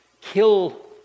kill